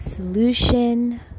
solution